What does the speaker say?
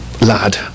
Lad